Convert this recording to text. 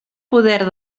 poder